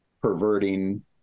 perverting